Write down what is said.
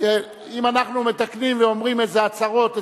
אם אנחנו מתקנים ואומרים איזה הצהרות,